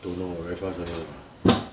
don't know ah very fast [one] ah